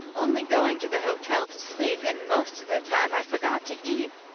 only going to the hotel to sleep, and most of the time i forgot to eat.